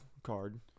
card